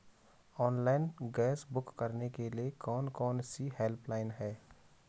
Online gas book करने के लिए कौन कौनसी हेल्पलाइन हैं?